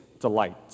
delight